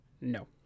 No